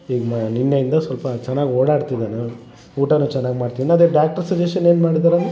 ಈಗ ನಿನ್ನೆಯಿಂದ ಸ್ವಲ್ಪ ಚೆನ್ನಾಗ್ ಓಡಾಡ್ತಿದಾನೆ ಊಟನು ಚೆನ್ನಾಗ್ ಮಾಡ್ತಿದ್ದ ಮತ್ತು ಡಾಕ್ಟ್ರ್ ಸಜೇಶನ್ ಏನು ಮಾಡಿದಾರಲ್ಲ